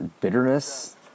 bitterness